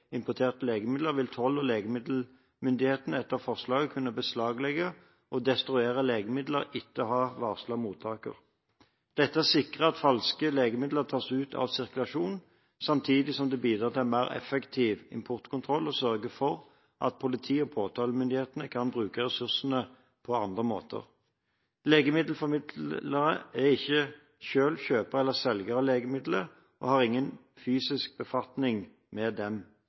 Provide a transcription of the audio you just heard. importerte legemidler, vil toll- og legemiddelmyndighetene etter forslaget kunne beslaglegge og destruere legemidlene etter å ha varslet mottakeren. Dette sikrer at falske legemidler tas ut av sirkulasjon, samtidig som det bidrar til en mer effektiv importkontroll og sørger for at politi og påtalemyndigheter kan bruke sine ressurser på andre områder. Legemiddelformidlere er ikke selv kjøpere eller selgere av legemidlene og har ingen fysisk befatning med dem.